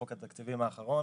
בחוק ההסדרים האחרון,